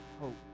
hope